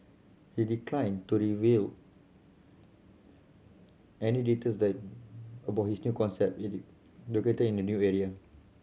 he declined to reveal any details that about his new concept it located in a new area